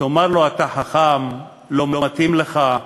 תאמר לו "אתה חכם", "לא מתאים לך",